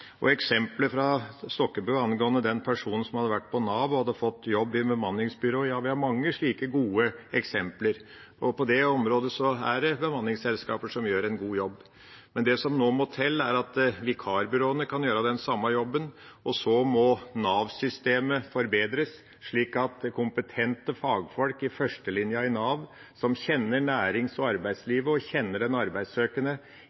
fra Stokkebø angående den personen som hadde vært på Nav og fått jobb i bemanningsbyrå: Ja, vi har mange slike gode eksempler, og på det området er det bemanningsselskaper som gjør en god jobb. Men det som nå må til, er at vikarbyråene kan gjøre den samme jobben. Så må Nav-systemet forbedres slik at det er kompetente fagfolk i førstelinja i Nav som kjenner nærings- og